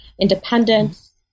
independence